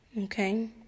Okay